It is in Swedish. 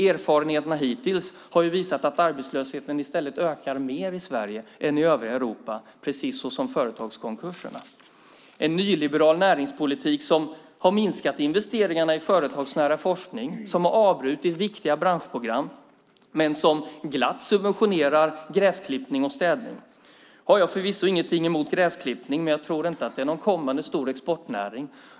Erfarenheterna hittills har visat att arbetslösheten i stället ökar mer i Sverige än i övriga Europa, precis som företagskonkurserna. Det är en nyliberal näringspolitik som har minskat investeringarna i företagsnära forskning, som har avbrutit viktiga branschprogram men som glatt subventionerar gräsklippning och städning. Nu har jag förvisso inget emot gräsklippning, men jag tror inte att det är någon kommande stor exportnäring.